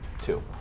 Two